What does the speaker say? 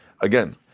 Again